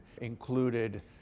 included